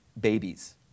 babies